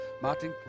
Martin